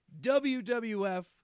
WWF